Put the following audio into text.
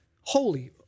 holy